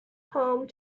home